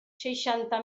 seixanta